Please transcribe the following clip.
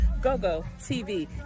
GoGoTV